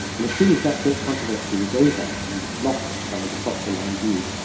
and as soon as that great controversy was over, and lost by the softer line view,